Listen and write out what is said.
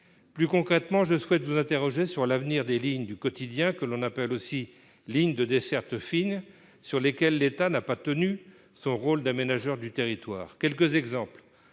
plus concrètement, je souhaite vous interroger sur l'avenir des lignes du quotidien que l'on appelle aussi ligne de desserte fine sur lesquels l'État n'a pas tenu son rôle d'aménageur du territoire quelques exemples